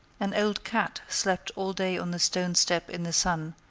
an old cat slept all day on the stone step in the sun,